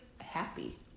happy